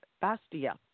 Bastia